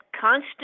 constant